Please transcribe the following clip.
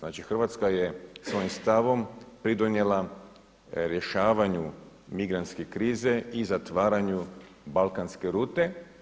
Znači Hrvatska je svojim stavom pridonijela rješavanju migrantske krize i zatvaranju balkanske rute.